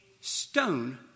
stone